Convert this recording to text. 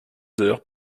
heures